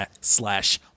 slash